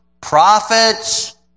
prophets